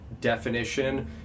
definition